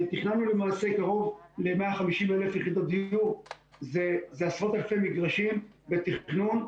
תכננו למעשה קרוב ל-150,000 יחידות דיור ועשרות אלפי מגרשים לתכנון.